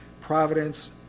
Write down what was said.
providence